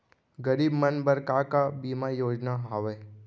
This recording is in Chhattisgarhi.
गरीब मन बर का का बीमा योजना हावे?